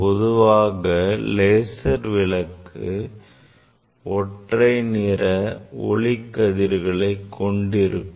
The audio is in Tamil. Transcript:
பொதுவாக லேசர் ஒற்றை நிற ஒளி கதிர்களை கொண்டிருக்கும்